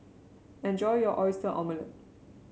enjoy your Oyster Omelette